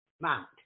Mount